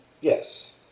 Yes